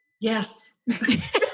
Yes